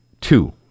two